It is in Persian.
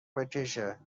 بکشه